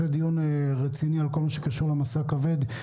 דיון רציני גם על כל מה שקשור למשא כבד.